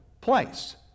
place